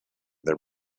their